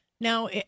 Now